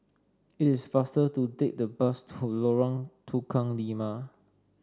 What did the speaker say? it is faster to take the bus to Lorong Tukang Lima